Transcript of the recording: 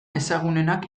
ezagunenak